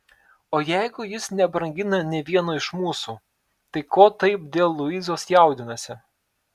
o jeigu jis nebrangina nė vieno iš mūsų tai ko taip dėl luizos jaudinasi